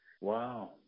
Wow